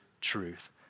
truth